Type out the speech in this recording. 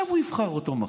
עכשיו הוא יבחר אותו מחר.